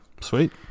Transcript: Sweet